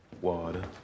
Water